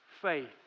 faith